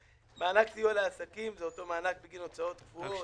מענק סיוע לעסקים - זה אותו מענק בגין הוצאות קבועות,